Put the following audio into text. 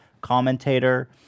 commentator